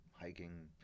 hiking